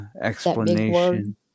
explanation